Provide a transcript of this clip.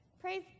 Praise